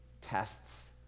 tests